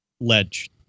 ledge